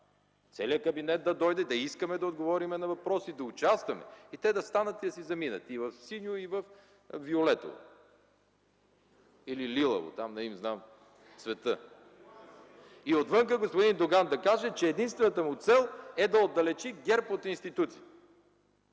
Целият кабинет да дойде, да искаме да отговорим на въпроси, да участваме и те да станат и да си заминат (и в синьо, и във виолетово или лилаво – не им знам цвета). И отвън господин Доган да каже, че единствената му цел е да отдалечи ГЕРБ от институциите